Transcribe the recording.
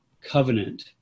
covenant